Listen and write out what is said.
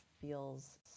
feels